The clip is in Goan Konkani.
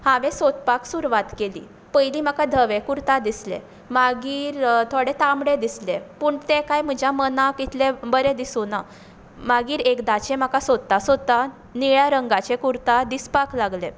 हांवें सोदपाक सुरवात केली पयलीं म्हाका धवे कुर्ता दिसले मागीर थोडे तांबडे दिसले पूण ते कांय म्हज्या मनाक इतले बरें दिसूना मागीर एकदाचे म्हाका सोदता सोदता निळ्या रंगाचे कुर्ता दिसपाक लागले